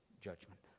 judgment